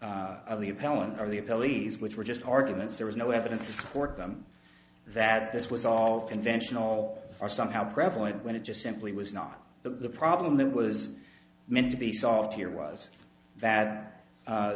of the appellant or the police which were just arguments there was no evidence to support them that this was all conventional or somehow prevalent when it just simply was not the problem that was meant to be solved here was that